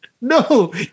No